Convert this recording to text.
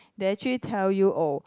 they actually tell you oh